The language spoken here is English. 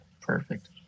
perfect